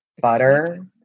Butter